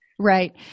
Right